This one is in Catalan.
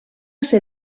ser